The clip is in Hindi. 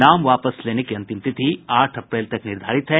नाम वापस लेने की अंतिम तिथि आठ अप्रैल तक निर्धारित है